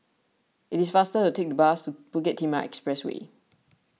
it is faster to take the bus Bukit Timah Expressway